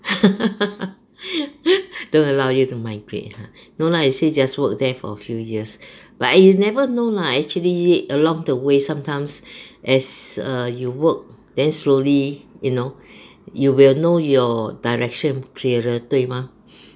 don't allow you to migrate !huh! no lah you say just work there for a few years but you never know lah actually along the way sometimes as err you work then slowly you know you will know your direction clearer 对吗